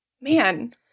man